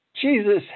Jesus